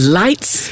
lights